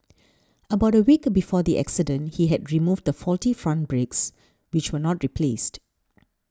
about a week before the accident he had removed the faulty front brakes which were not replaced